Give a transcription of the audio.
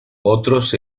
otros